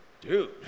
Dude